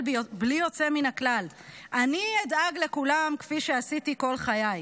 בלי יוצא מן הכלל"; "אני אדאג לכולם כפי שעשיתי כל חיי".